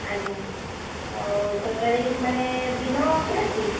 ଆଜ୍ଞା ହଉ ଛଅ ତାରିଖ ମାନେ ଦିନ କି ରାତି